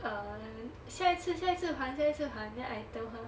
um 下一次下一次还下一次还 then I told her